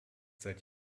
seit